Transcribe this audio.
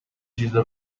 چیزا